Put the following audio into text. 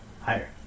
Higher